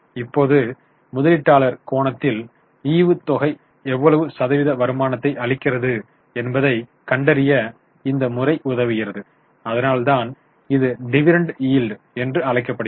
இப்போது முதலீட்டாளர் கோணத்தில் ஈவுத் தொகை எவ்வளவு சதவீத வருமானத்தை அளிக்கிறது என்பதைக் கண்டறிய இந்த முறை உதவுகிறது அதனால்தான் இது டிவிடெண்ட் இல்ட் என்று அழைக்கப்படுகிறது